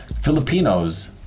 Filipinos